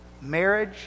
marriage